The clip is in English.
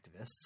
activists